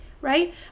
Right